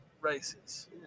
races